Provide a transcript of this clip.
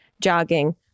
jogging